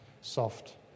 soft